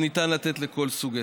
שניתן לתת לכל סוג עסק.